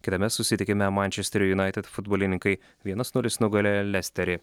kitame susitikime mančesterio junaited futbolininkai vienas nulis nugalėjo lesterį